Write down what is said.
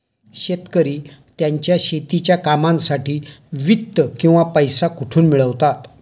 शेतकरी त्यांच्या शेतीच्या कामांसाठी वित्त किंवा पैसा कुठून मिळवतात?